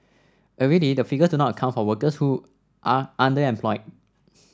already the figures not account for workers who are underemployed